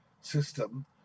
system